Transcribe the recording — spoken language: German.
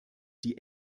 die